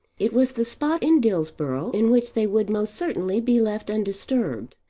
it was the spot in dillsborough in which they would most certainly be left undisturbed.